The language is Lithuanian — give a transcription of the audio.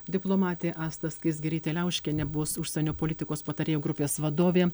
diplomatė asta skaisgirytė liauškienė bus užsienio politikos patarėjų grupės vadovė